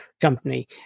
company